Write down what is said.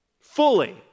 Fully